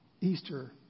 Easter